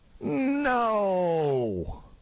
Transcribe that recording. no